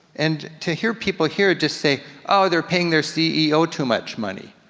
and to hear people here just say, oh they're paying their ceo too much money.